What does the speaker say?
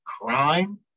crime